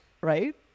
right